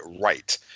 right